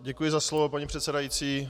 Děkuji za slovo, paní předsedající.